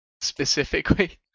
specifically